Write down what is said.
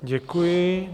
Děkuji.